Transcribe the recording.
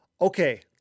Okay